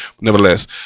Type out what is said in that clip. nevertheless